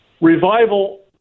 Revival